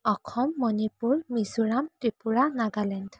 Assam Manipur Mizoram Tripura Nagaland